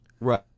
Right